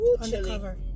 undercover